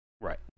Right